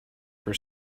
for